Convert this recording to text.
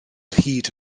hyd